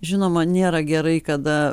žinoma nėra gerai kada